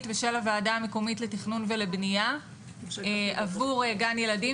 ושל הוועדה המקומית לתכנון ולבנייה עבור גן ילדים